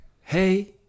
Hey